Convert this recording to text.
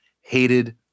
hated